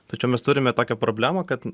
tačiau mes turime tokią problemą kad